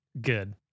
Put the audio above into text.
good